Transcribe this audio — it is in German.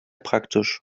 praktisch